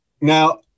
Now